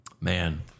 Man